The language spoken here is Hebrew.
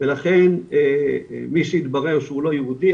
ולכן מי שיתברר שהוא לא יהודי,